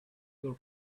your